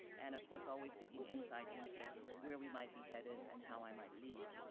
and of course, always seeking insight into where we might be headed and how i might lead.